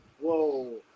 whoa